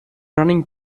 running